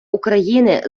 україни